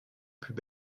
plus